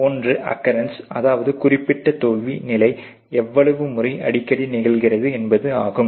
ஒன்று அக்கரன்ஸ் அதாவது குறிப்பிட்ட தோல்வி நிலை எவ்வளவு முறை அடிக்கடி நிகழ்கிறது என்பது ஆகும்